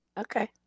Okay